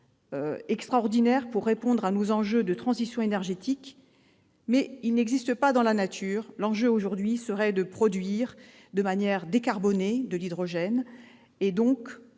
extraordinaire pour répondre à nos enjeux de transition énergétique, mais il n'existe pas dans la nature. L'enjeu, aujourd'hui, serait de le produire de manière décarbonée, c'est-à-dire sans